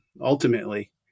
ultimately